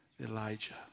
Elijah